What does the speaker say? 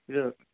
ಇದು